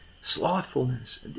Slothfulness